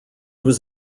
was